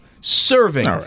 Serving